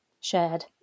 shared